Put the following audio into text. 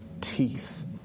teeth